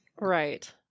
Right